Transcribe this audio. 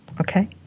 Okay